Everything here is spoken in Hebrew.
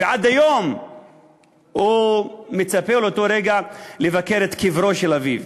ועד היום הוא מצפה לרגע שבו יבקר את קברו של אביו.